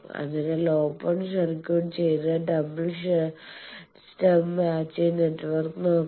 അതിനാൽ open circuit ചെയ്ത double shunt stub matching network നോക്കാം